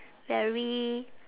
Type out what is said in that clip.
very